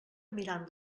mirant